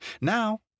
Now